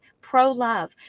pro-love